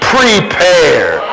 Prepare